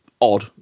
odd